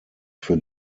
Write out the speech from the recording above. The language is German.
für